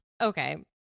okay